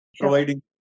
providing